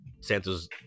Santa's